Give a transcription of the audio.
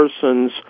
persons